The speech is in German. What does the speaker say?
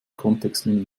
kontextmenü